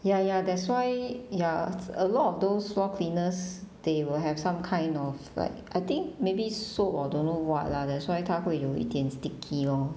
ya ya that's why ya a lot of those floor cleaners they will have some kind of like I think maybe soap or don't know what lah that's why 他会有一点 sticky lor